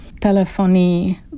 telephony